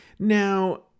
now